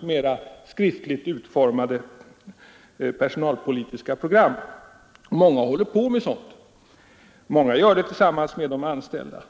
numera har strikt utformade personalpolitiska program. Många håller på med att utarbeta ett sådant, ofta tillsammans med de anställda.